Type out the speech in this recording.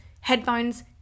headphones